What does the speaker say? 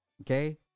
Okay